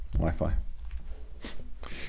Wi-Fi